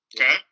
Okay